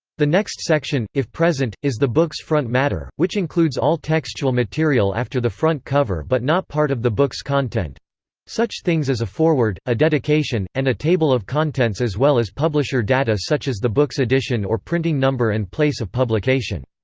the next section, if present, is the book's front matter, which includes all textual material after the front cover but not part of the book's content such things as a forward, a dedication, and a table of contents as well as publisher data such as the book's edition or printing number and place of publication.